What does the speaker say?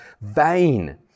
vain